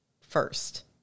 first